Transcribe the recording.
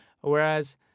whereas